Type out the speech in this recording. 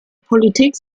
politik